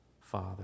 Father